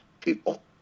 people